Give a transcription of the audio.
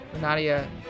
nadia